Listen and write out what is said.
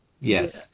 Yes